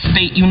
State